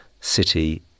city